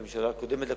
והממשלה הקודמת הקודמת,